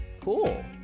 Cool